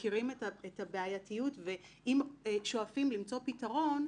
במקרה הזה הבנתי שאתם מתייצבים בהסכמה אכן לקזז לאותן רשויות,